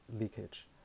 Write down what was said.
leakage